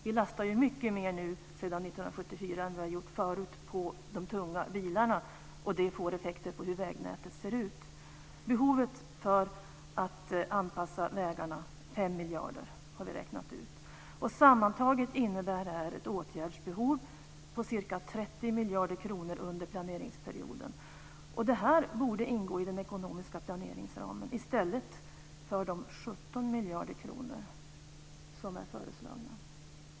Man lastar sedan 1974 betydligt mer på de tunga bilarna än vad man tidigare gjort, och det får effekter på vägnätet. Vi har beräknat medelsbehovet för att anpassa vägarna till 5 miljarder kronor. Sammantaget innebär det här ett åtgärdsbehov om ca 30 miljarder kronor under planeringsperioden. Detta borde ingå i den ekonomiska planeringsramen i stället för de 17 miljarder kronor som är föreslagna.